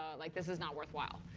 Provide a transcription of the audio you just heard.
ah like this is not worthwhile.